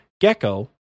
Gecko